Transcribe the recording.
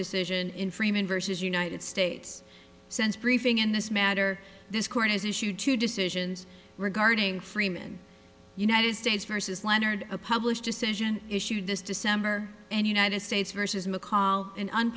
decision in freeman versus united states sense briefing in this matter this court has issued two decisions regarding freeman united states versus leonard a published decision issued this december and united states versus mccall an